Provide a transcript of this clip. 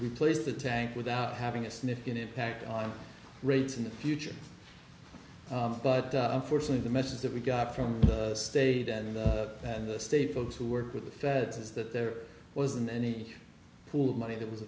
replace the tank without having a significant impact on rates in the future but unfortunately the message that we got from the state and and the state folks who work with the feds is that there wasn't any pool of money that was